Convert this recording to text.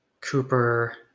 Cooper